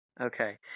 Okay